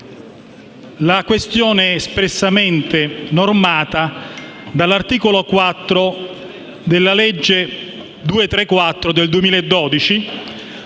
la questione è espressamente normata dall'articolo 4 della legge n. 234 del 2012,